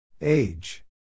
Age